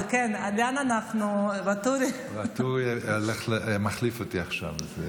ואטורי מחליף אותי עכשיו.